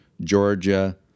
Georgia